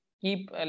Keep